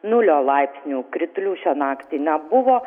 nulio laipsnių kritulių šią naktį nebuvo